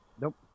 Nope